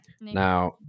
Now